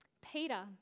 Peter